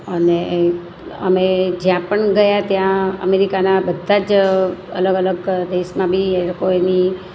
અને અમે જ્યાં પણ ગયાં ત્યાં અમેરિકાના બધા જ અલગ અલગ દેશના બી એ લોકો એની